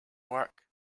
work